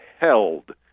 held